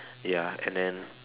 ya and then